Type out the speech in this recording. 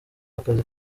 akazi